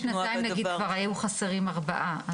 אבל לפני שנתיים כבר היו חסרים ארבעה.